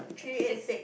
three eight six